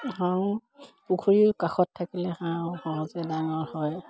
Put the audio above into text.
হাঁহো পুখুৰীৰ কাষত থাকিলে হাঁহ সহজে ডাঙৰ হয়